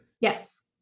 Yes